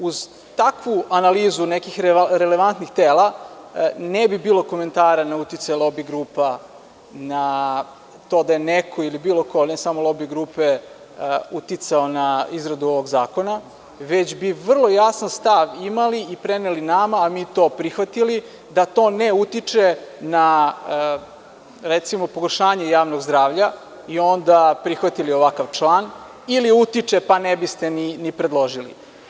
Uz takvu analizu nekih relevantnih tela, ne bi bilo komentara na uticaj lobi grupa na to da je neko ili bilo ko, ne samo lobi grupe, uticao na izradu ovog zakona, već bi vrlo jasan stav imali i preneli nama a mi to prihvatili, da to ne utiče na, recimo, pogoršanje javnog zdravlja i onda prihvatili ovakav član ili utiče pa ne bi ste ni predložili.